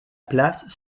place